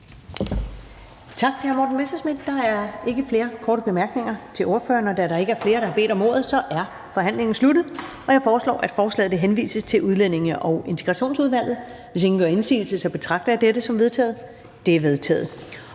Tak til hr. Morten Messerschmidt. Der er ikke flere korte bemærkninger til ordføreren Da der ikke er flere, der har bedt om ordet, er forhandlingen sluttet. Jeg foreslår, at forslaget til folketingsbeslutning henvises til Udlændinge- og Integrationsudvalget. Hvis ingen gør indsigelse, betragter jeg dette som vedtaget. Det er vedtaget.